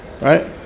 Right